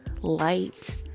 light